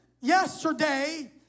yesterday